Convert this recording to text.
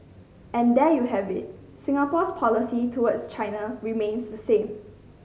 and there you have it Singapore's policy towards China remains the same